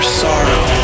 sorrow